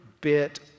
bit